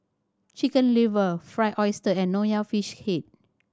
Chicken Liver Fried Oyster and Nonya Fish Head